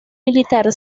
militar